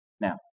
Now